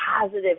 positive